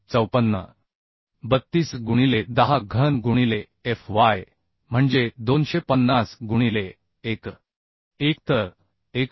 32 गुणिले 10 घन गुणिले f y म्हणजे 250 गुणिले 1